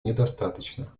недостаточно